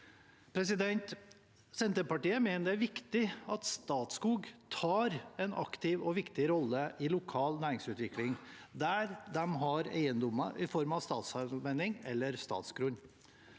Senterpartiet mener det er viktig at Statskog spiller en aktiv og viktig rolle i lokal næringsutvikling der de har eiendommer i form av statsallmenning eller statsgrunn.